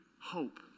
hope